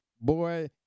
Boy